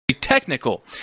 Technical